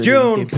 June